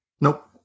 Nope